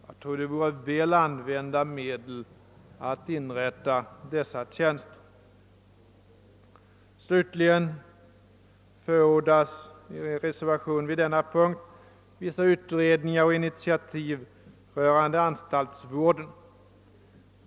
Jag tror att det vore väl använda medel om man inrättade dessa tjänster. Slutligen förordas i reservation vid denna punkt vissa utredningar och initiativ beträffande anstaltsvården.